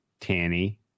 Tanny